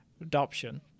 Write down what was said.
Adoption